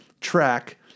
track